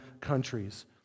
countries